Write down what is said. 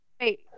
Wait